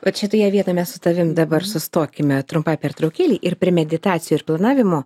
vat šitoje vietoj mes su tavim dabar sustokime trumpai pertraukėlei ir prie meditacijų ir planavimo